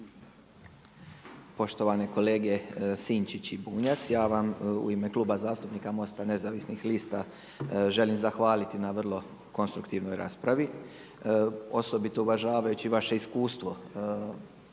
Poštovane kolege Sinčić i Bunjac, ja vam u ime Kluba zastupnika MOST-a nezavisnih lista želim zahvaliti na vrlo konstruktivnoj raspravi osobito uvažavajući vaše iskustvo